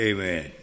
Amen